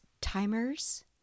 timers